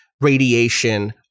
radiation